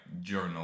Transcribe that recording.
journal